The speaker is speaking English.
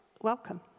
welcome